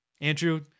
Andrew